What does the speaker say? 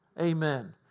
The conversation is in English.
Amen